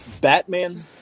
Batman